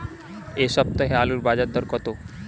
এ সপ্তাহে আলুর বাজারে দর কত?